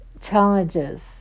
challenges